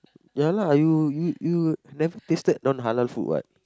ya lah you you you never tasted non halal food what